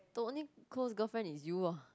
the only close girlfriend is you lor